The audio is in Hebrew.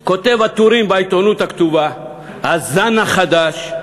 כותב הטורים בעיתונות הכתובה, הזן החדש,